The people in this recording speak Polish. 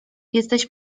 jesteś